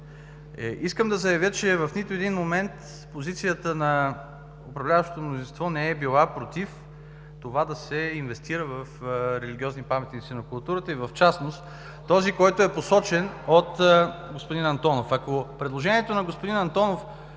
Искам да заявя, че в нито един момент позицията на управляващото мнозинство не е била против това да се инвестира в религиозни паметници на културата и в частност този, който е посочен от господин Антонов. Ако предложението на господин Антонов